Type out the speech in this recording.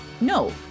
no